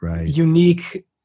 unique